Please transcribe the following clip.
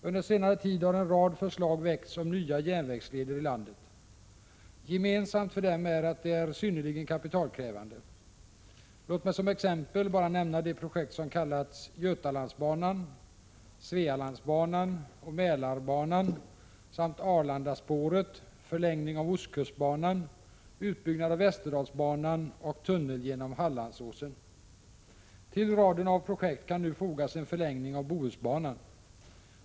Under senare tid har en rad förslag väckts om nya järnvägsleder i landet. Gemensamt för dem är att de är synnerligen kapitalkrävande. Låt mig som exempel bara nämna de projekt som kallats Götalandsbanan, Svealandsbanan och Mälarbanan samt Arlandaspåret, förlängning av ostkustbanan, utbyggnad av Västerdalsbanan och tunnel genom Hallandsåsen. Till raden av projekt kan nu fogas en förlängning av Bohusbanan.